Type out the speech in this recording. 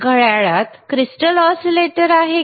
घड्याळात crystal oscillator आहे का